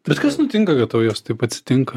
bet kas nutinka kad tau jos taip atsitinka